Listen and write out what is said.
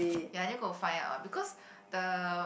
ya then go and find out ah because the